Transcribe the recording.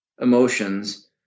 emotions